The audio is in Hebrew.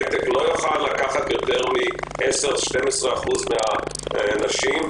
הייטק לא יוכל לכלול יותר מ-10% 12% מן הנשים,